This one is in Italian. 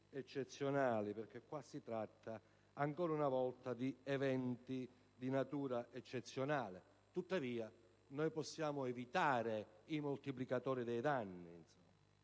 eccezionali; perché si tratta, ancora una volta, di eventi di natura eccezionale. Tuttavia, noi possiamo evitare i moltiplicatori dei danni e